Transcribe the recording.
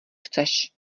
chceš